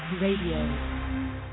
radio